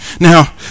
now